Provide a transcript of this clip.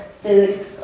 food